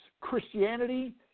Christianity